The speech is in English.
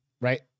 Right